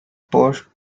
post